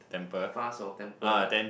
fast or temper lah